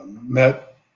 met